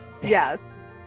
yes